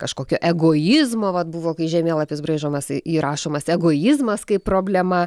kažkokio egoizmo vat buvo kai žemėlapis braižomas tai įrašomas egoizmas kaip problema